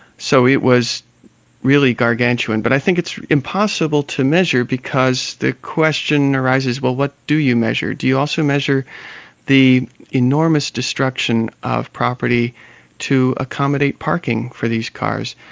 so it was really gargantuan, but i think it's impossible to measure because the question arises, well what do you measure? do you also measure the enormous destruction of property to accommodate parking for these cars?